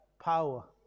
power